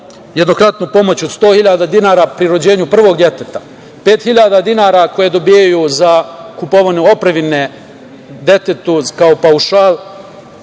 jednokratnu pomoć od 100 hiljada dinara pri rođenju prvog deteta, pet hiljada dinara koje dobijaju za kupovinu opreme detetu kao paušal,